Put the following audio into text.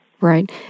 Right